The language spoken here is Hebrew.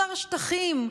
שר השטחים,